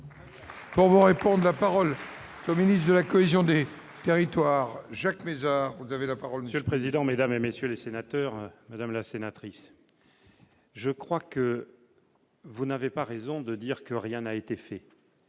On vous répondent : la parole au ministre de la cohésion des territoires Jacques Mézard la. Monsieur le président, Mesdames et messieurs les sénateurs, Madame la sénatrice, je crois que vous n'avez pas raison de dire que rien n'a été fait,